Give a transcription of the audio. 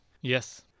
Yes